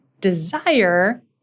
desire